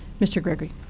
mr. gregory?